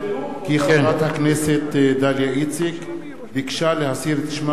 כי חברת הכנסת דליה איציק ביקשה להסיר את שמה